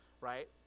right